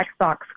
Xbox